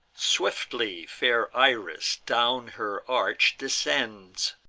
swiftly fair iris down her arch descends,